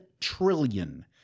trillion